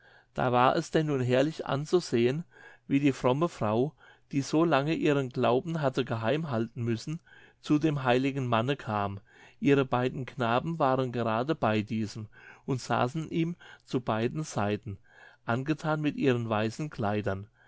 da war es denn nun herrlich anzusehen wie die fromme frau die so lange ihren glauben hatte geheim halten müssen zu dem heiligen manne kam ihre beiden knaben waren gerade bei diesem und saßen ihm zu beiden seiten angethan mit ihren weißen kleidern